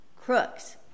Crooks